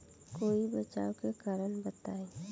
कोई बचाव के कारण बताई?